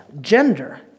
gender